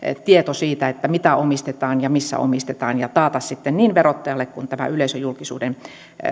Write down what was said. tieto siitä mitä omistetaan ja missä omistetaan ja taata se sitten niin verottajalle kuin tämän yleisöjulkisuuden